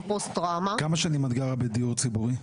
כמה שנים את גרה בדיור ציבורי?